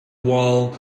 wall